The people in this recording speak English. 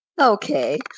Okay